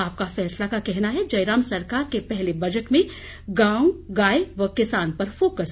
आपका फैसला का कहना है जयराम सरकार के पहले बजट में गांव गाय व किसान पर फोकस